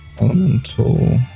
Elemental